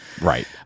Right